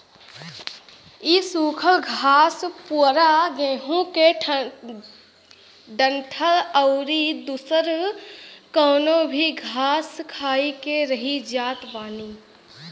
इ सुखल घास पुअरा गेंहू के डंठल अउरी दुसर कवनो भी घास खाई के रही जात बानी